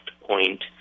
point